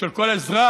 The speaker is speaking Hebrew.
של כל אזרח,